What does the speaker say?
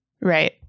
right